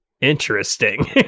interesting